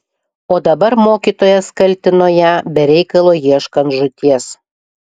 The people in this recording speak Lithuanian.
o dabar mokytojas kaltino ją be reikalo ieškant žūties